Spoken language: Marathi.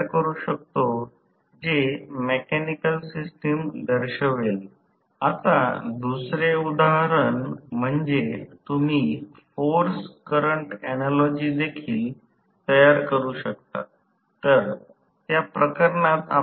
तर मी असे म्हटले आहे की कधीकधी या t कमालला आम्हे ब्रेक डाउन म्हणतो कधीकधी याला TBD म्हणतो कधीकधी जास्तीत जास्त टॉर्क म्हणतात